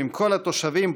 התושבים,